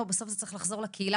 לא בסוף זה צריך לחזור לקהילה,